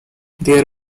there